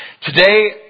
Today